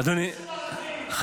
אדוני היושב-ראש,